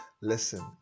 Listen